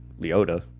Leota